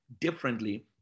differently